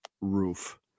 roof